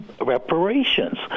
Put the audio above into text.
reparations